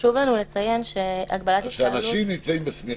חשוב לנו לציין שהגבלת התקהלות --- אז אנשים שנמצאים בסמיכות,